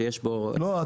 שיש בו --- לא,